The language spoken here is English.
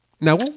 Now